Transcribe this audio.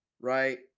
right